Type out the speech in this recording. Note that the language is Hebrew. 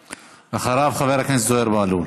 ואחריו, חבר הכנסת זוהיר בהלול.